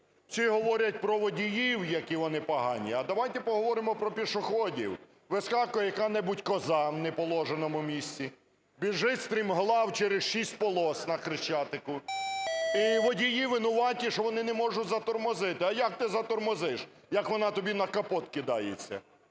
Всі говорять про водіїв, які вони погані, а давайте поговоримо про пішоходів. Вискакує, яка-небудь коза в неположеному місці, біжить стрімглав через шість полос, на Хрещатику - і водії винуваті, що вони не можуть затормозити. А як ти затормозиш, як вона тобі на капот кидається